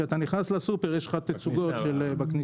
כשאתה נכנס לסופר אתה יכול לראות תצוגות בכניסה.